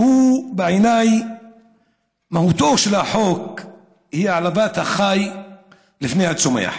שבעיניי מהותו של החוק היא העלבת החי לפני הצומח